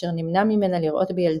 אשר נמנע ממנה לראות בילדותה.